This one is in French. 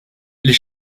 les